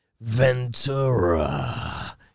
Ventura